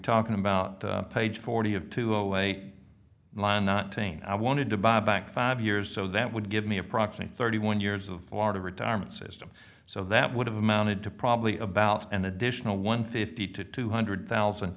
talking about page forty of two away line not tain i wanted to buy back five years so that would give me a proxy thirty one years of florida retirement system so that would have amounted to probably about an additional one hundred fifty to two hundred thousand